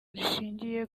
rishingiye